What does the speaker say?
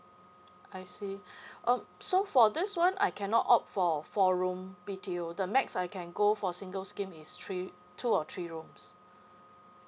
I see uh so for this one I cannot opt for four room B_T_O the max I can go for single scheme is three two or three rooms